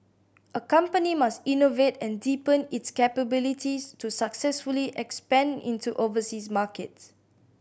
a company must innovate and deepen its capabilities to successfully expand into overseas markets